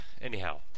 Anyhow